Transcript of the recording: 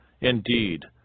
indeed